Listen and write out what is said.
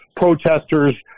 protesters